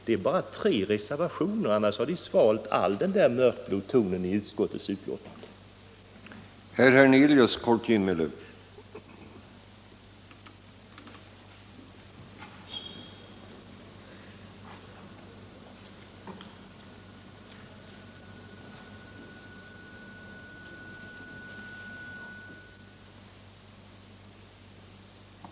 Det finns bara tre reservationer och i övrigt har all den mörkblå tonen i utskottsbetänkandet svalts av socialdemokraterna.